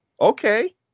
okay